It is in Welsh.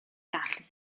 gall